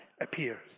appears